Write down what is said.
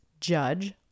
judge